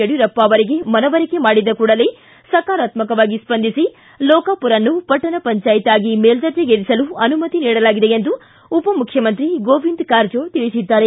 ಯಡಿಯೂರಪ್ಪ ಅವರಿಗೆ ಮನವರಿಕೆ ಮಾಡಿದ ಕೂಡಲೇ ಸಕಾರಾತ್ಮಕವಾಗಿ ಸ್ಪಂದಿಸಿ ಲೋಕಾಪುರ ಅನ್ನು ಪಟ್ನಣ ಪಂಜಾಯತ್ ಆಗಿ ಮೇಲ್ಲರ್ಜೆಗೇರಿಸಲು ಅನುಮತಿ ನೀಡಲಾಗಿದೆ ಎಂದು ಉಪಮುಖ್ಯಮಂತ್ರಿ ಗೋವಿಂದ್ ಕಾರಜೋಳ್ ತಿಳಿಸಿದ್ದಾರೆ